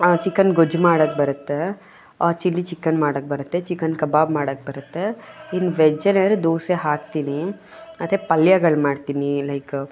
chicken ಗೊಜ್ಜು ಮಾಡೋಕೆ ಬರುತ್ತೆ ಚಿಲ್ಲಿ ಚಿಕನ್ ಮಾಡೋಕೆ ಬರುತ್ತೆ ಚಿಕನ್ ಕಬಾಬ್ ಮಾಡೋಕೆ ಬರುತ್ತೆ ಇನ್ನು ವೆಜ್ಜಲ್ಲಿ ಏನಂದರೆ ದೋಸೆ ಹಾಕ್ತೀನಿ ಮತ್ತು ಪಲ್ಯಗಳು ಮಾಡ್ತೀನಿ ಲೈಕ್